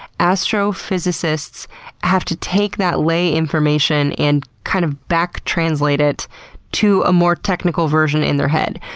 astrophysicists have to take that lay information, and kind of back-translate it to a more technical version in their head.